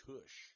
Kush